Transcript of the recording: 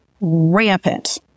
Rampant